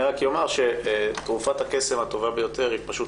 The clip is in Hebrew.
אני רק אומר שתרופת הקסם הטובה ביותר היא פשוט